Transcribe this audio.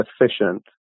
efficient